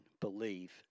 Believe